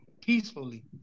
peacefully